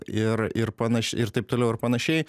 ir ir panaš ir taip toliau ir panašiai